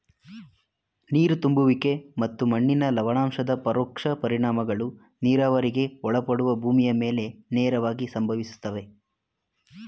ನೀರು ತುಂಬುವಿಕೆ ಮತ್ತು ಮಣ್ಣಿನ ಲವಣಾಂಶದ ಪರೋಕ್ಷ ಪರಿಣಾಮಗಳು ನೀರಾವರಿಗೆ ಒಳಪಡುವ ಭೂಮಿಯ ಮೇಲೆ ನೇರವಾಗಿ ಸಂಭವಿಸ್ತವೆ